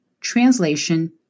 translation